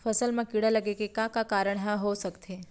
फसल म कीड़ा लगे के का का कारण ह हो सकथे?